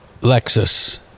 Lexus